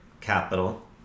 capital